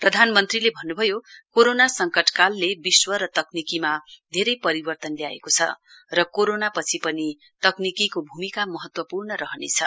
प्रधानमन्त्रीले भन्नुभयो कोरोना सङ्कटकालले विश्व र तकनिकीमा धेरै परिवर्तन ल्याएको छ र कोरोनापछि पनि तकनिकीको भूमिका महत्वपूर्ण रहनेछ